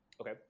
Okay